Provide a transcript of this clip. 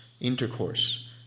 intercourse